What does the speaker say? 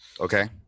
Okay